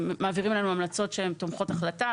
מעבירים אלינו המלצות שהן תומכות החלטה,